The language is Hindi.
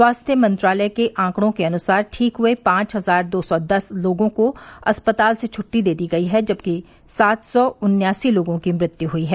स्वास्थ्य मंत्रालय के आंकड़ों के अनुसार ठीक हुए पांच हजार दो सौ दस लोगों को अस्पताल से छट्टी दे दी गई है जबकि सात सौ उन्यासी लोगों की मृत्यु हुई है